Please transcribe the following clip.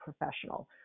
professional